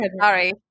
Sorry